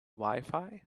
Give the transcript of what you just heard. wifi